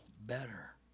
better